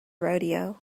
rodeo